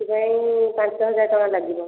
ସେଥିପାଇଁ ପାଞ୍ଚ ହଜାର ଟଙ୍କା ଲାଗିବ